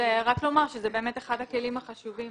רק לומר שזה באמת אחד הכלים החשובים,